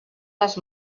les